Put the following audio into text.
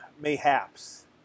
Mayhaps